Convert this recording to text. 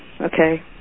Okay